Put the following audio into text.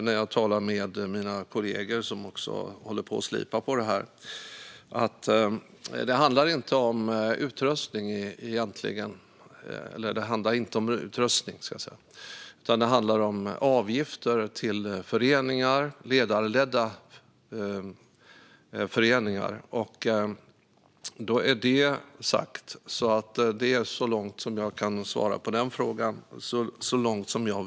När jag talar med mina kollegor som håller på att slipa på det här säger de att det inte handlar om utrustning, utan det handlar om avgifter till ledarledda föreningar. Då är det sagt, och det är så långt jag har kunskap och kan svara på den frågan just nu.